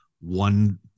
one